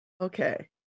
Okay